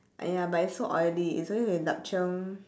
!aiya! but it's so oily it's always with lap cheong